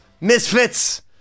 Misfits